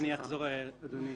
אני אחזור, אדוני.